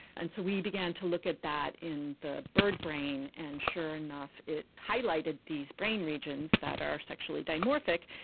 and so we began to look at that in the bird brain and sure enough it highlighted these brain regions that are sexually dimorphic.